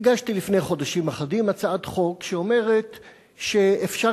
הגשתי לפני חודשים אחדים הצעת חוק שאומרת שאפשר